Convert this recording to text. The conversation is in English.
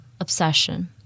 obsession